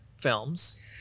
films